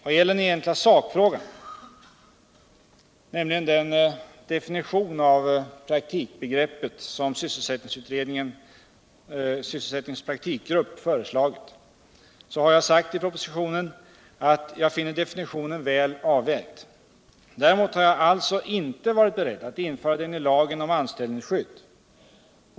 Vad gäller den egenuiga sakfrågan, nämligen den definition av praktikbegreppet som sysselsättningsutredningens praktikgrupp föreslagit, så har jag sagt i propositionen att jag finner definitionen väl avvägd. Däremot har jag inte varit beredd att införa den i lagen om anställningsskydd.